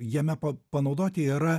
jame pa panaudoti yra